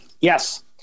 yes